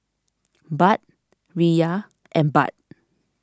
Baht Riyal and Baht